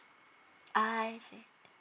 ah I see